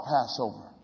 Passover